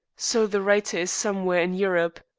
so the writer is somewhere in europe.